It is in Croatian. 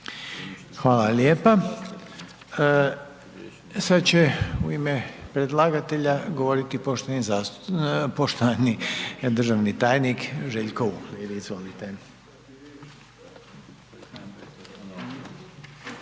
Hvala lijepa. Sad će u ime predlagatelja govoriti poštovani državni tajnik, Željko